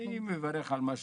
אני מברך על מה שעשיתם.